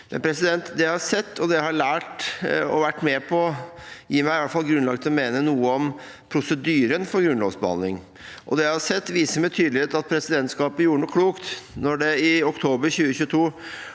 jeg har sett, og det jeg har lært og vært med på, gir meg i hvert fall grunnlag for å mene noe om prosedyren for grunnlovsbehandling. Det jeg har sett, viser med tydelighet at presidentskapet gjorde noe klokt da det i oktober 2022